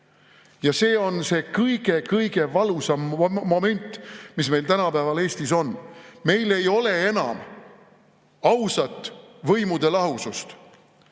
on see kõige-kõige valusam moment, mis meil tänapäeval Eestis on: meil ei ole enam ausat võimude lahusust.